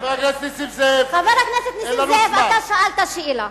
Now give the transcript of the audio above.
חבר הכנסת נסים זאב, אתה שאלת שאלה,